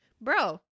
Bro